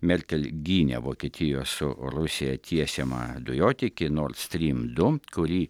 merkel gynė vokietijos su rusija tiesiamą dujotiekį nord stream du kurį